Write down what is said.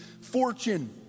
fortune